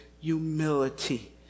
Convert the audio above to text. humility